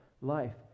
life